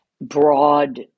broad